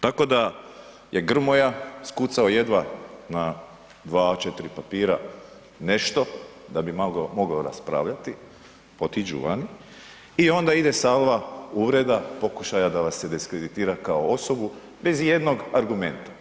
Tako da je Grmoja skucao jedva na 2 od 4 papira nešto da bi mogao raspravljati, otiđu van i onda ide salva uvreda, pokušaja da vas se deskreditira kao osobu bez i jednog argumenta.